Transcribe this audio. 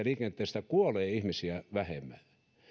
liikenteessä kuolee ihmisiä vähemmän